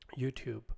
YouTube